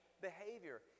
behavior